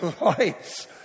lights